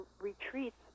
retreats